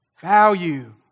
value